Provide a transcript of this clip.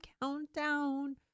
Countdown